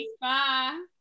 bye